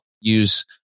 use